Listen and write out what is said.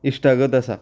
इश्टागत आसा